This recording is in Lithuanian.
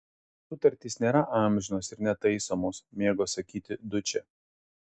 sutartys nėra amžinos ir netaisomos mėgo sakyti dučė